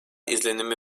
izlenimi